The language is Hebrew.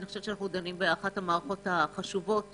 אנחנו דנים באחת המערכות החשובות